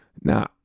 Now